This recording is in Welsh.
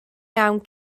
iawn